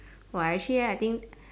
!wah! actually ah I think